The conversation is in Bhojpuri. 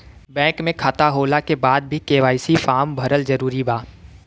बैंक में खाता होला के बाद भी के.वाइ.सी फार्म भरल जरूरी बा का?